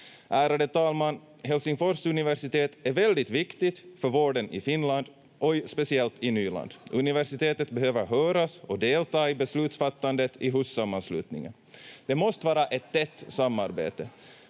Ärade talman! Helsingfors universitet är väldigt viktigt för vården i Finland och speciellt i Nyland. Universitetet behöver höras och delta i beslutsfattandet i HUS-sammanslutningen. Det måste vara ett tätt samarbete,